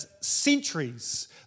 centuries